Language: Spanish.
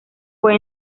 fue